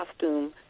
costume